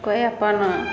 कोइ अपन